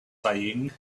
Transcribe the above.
saying